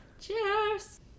cheers